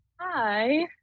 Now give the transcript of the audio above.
hi